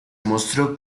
mostró